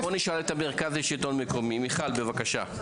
אז בוא נשאל את מרכז השלטון המקומי, מיכל, בבקשה.